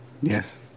yes